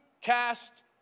cast